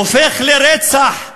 הופך לרצח,